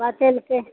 बतेलकए